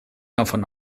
davon